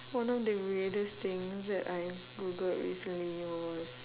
one of the weirdest things that I have googled recently was